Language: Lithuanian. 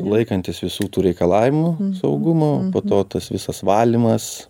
laikantis visų tų reikalavimų saugumo po to tas visas valymas